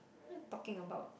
talking about